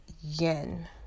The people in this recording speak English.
yen